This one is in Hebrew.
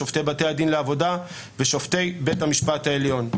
שופטי בתי הדין לעבודה ושופטי בית המשפט העליון.